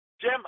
Jim